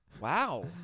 Wow